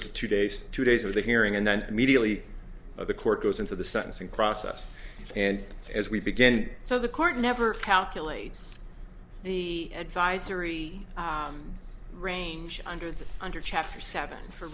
was two days two days of the hearing and then immediately of the court goes into the sentencing process and as we began so the court never calculates the advisory range under the under chapter seven for